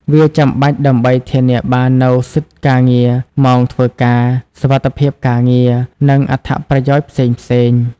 វាចាំបាច់ដើម្បីធានាបាននូវសិទ្ធិការងារ ម៉ោងធ្វើការ សុវត្ថិភាពការងារ និងអត្ថប្រយោជន៍ផ្សេងៗ។